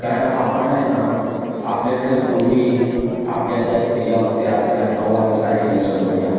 कारण आपण आहे ना आपल्याकडे पूर्वी आपल्या ज्या स्त्रिया होत्या त्या नऊवारी साडी नेसत होत्या